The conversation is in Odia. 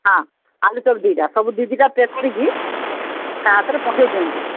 ହଁ ଆଲୁଚପ ଦୁଇଟା ସବୁ ଦୁଇଟା ଦୁଇଟା ପ୍ୟାକ୍ କରିକି କାହା ହାତରେ ପଠେଇ ଦିଅନ୍ତୁ